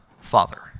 father